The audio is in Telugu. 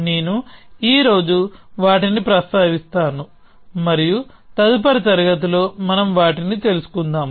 నేను ఈ రోజు వాటిని ప్రస్తావిస్తాను మరియు తదుపరి తరగతిలో మనం వాటిని తెలుసుకుంటాము